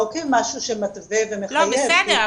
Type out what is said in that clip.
לא כמשהו שמתווה ומחייב --- בסדר,